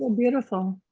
um beautiful.